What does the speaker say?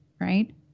right